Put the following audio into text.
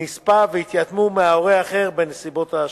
נספה והתייתמו מההורה האחר בנסיבות השונות.